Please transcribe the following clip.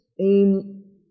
aim